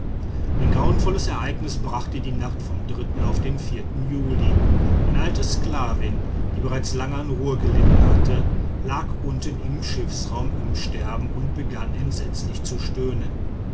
ein grauenvolles ereignis brachte die nacht vom auf den juli eine alte sklavin die bereits lange an ruhr gelitten hatte lag unten im schiffsraum im sterben und begann entsetzlich zu stöhnen